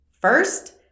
First